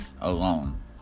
alone